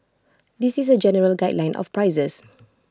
this is A general guideline of prices